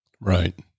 Right